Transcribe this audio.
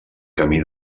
camí